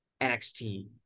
NXT